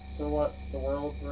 for what. the world.